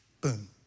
boom